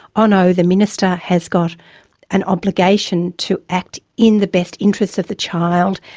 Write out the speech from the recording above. oh, no, the minister has got an obligation to act in the best interests of the child',